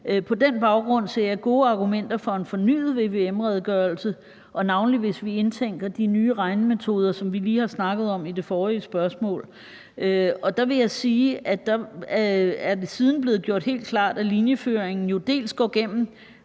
På den baggrund ser jeg gode argumenter for en fornyet vvm-redegørelse, navnlig hvis vi indtænker de nye regnemetoder, som vi lige har snakket om i forbindelse med det forrige spørgsmål. Der vil jeg jo sige, at det siden er blevet gjort helt klart, at linjeføringen dels går gennem